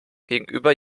gegenüber